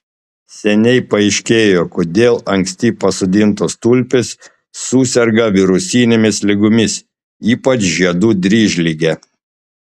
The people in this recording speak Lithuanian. seniai paaiškėjo kodėl anksti pasodintos tulpės suserga virusinėmis ligomis ypač žiedų dryžlige